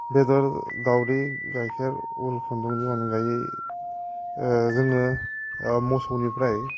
बेदर दावदै गाइखेर उल खुन्दुंनि अनगायै जोङो मोसौनिफ्राय